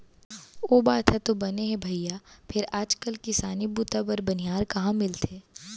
ओ बात ह तो बने हे भइया फेर आज काल किसानी बूता बर बनिहार कहॉं मिलथे?